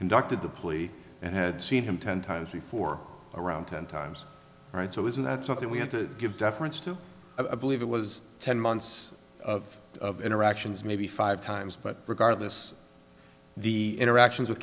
conducted the plea and had seen him ten times before around ten times right so isn't that something we have to give deference to a believe it was ten months of of interactions maybe five times but regardless the interactions with